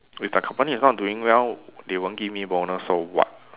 if the company is not doing well they won't give me bonus so what